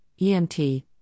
EMT